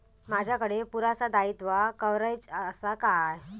माजाकडे पुरासा दाईत्वा कव्हारेज असा काय?